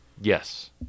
Yes